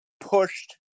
pushed